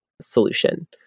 solution